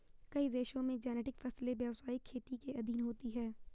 कई देशों में जेनेटिक फसलें व्यवसायिक खेती के अधीन होती हैं